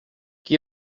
qui